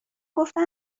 گفتم